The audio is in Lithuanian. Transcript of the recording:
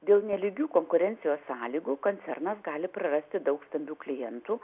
dėl nelygių konkurencijos sąlygų koncernas gali prarasti daug stambių klientų